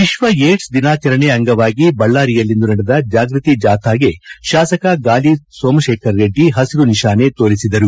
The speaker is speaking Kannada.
ವಿಶ್ವ ಏಡ್ಸ್ ದಿನಾಚರಣೆ ಅಂಗವಾಗಿ ಬಳ್ಳಾರಿಯಲ್ಲಿಂದು ನಡೆದ ಜಾಗೃತಿ ಜಾಥಾಗೆ ಶಾಸಕ ಗಾಲಿ ಸೋಮಶೇಖರ ರೆಡ್ಡಿ ಪಸಿರು ನಿಶಾನೆ ತೋರಿಸಿದರು